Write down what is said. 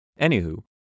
Anywho